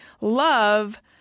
love